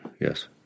yes